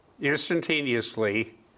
instantaneously